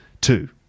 two